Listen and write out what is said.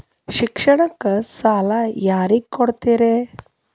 ಶಿಕ್ಷಣಕ್ಕ ಸಾಲ ಯಾರಿಗೆ ಕೊಡ್ತೇರಿ?